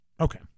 Okay